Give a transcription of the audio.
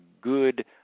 good